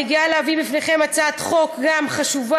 אני גאה להביא בפניכם הצעת חוק גם חשובה,